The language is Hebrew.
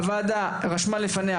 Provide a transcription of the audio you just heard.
הוועדה רשמה לפניה,